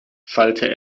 schallte